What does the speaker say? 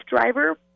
driver